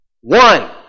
One